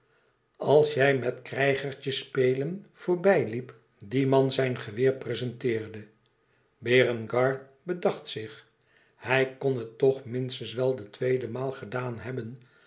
als jij met krijgertje spelen voorbij liep die man zijn geweer prezenteerde berengar bedacht zich hij kon het toch minstens wel de tweede maal gedaan hebben